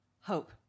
hope